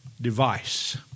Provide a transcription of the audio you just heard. device